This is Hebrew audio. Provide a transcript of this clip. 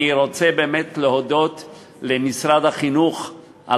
אני רוצה באמת להודות למשרד החינוך על